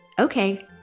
Okay